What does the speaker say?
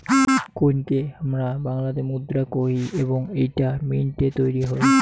কোইনকে হামরা বাংলাতে মুদ্রা কোহি এবং এইটা মিন্ট এ তৈরী হই